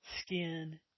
skin